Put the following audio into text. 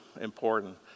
important